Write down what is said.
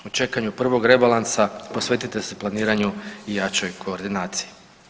U čekanju prvog rebalansa posvetite se planiranju i jače koordinacije.